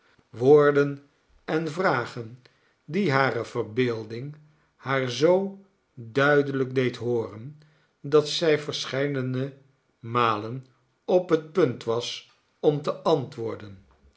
woorden en vragen die hare verbeelding haar zoo duidelijk deed hooren dat zij verscheidene malen op het punt was om te antwoorden